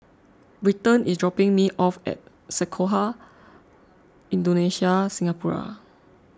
Britton is dropping me off at Sekolah Indonesia Singapura